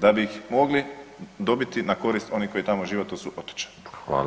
da bi ih mogli dobiti na korist onih koji tamo žive, a to su otočani.